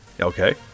okay